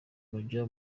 bajya